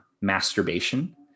masturbation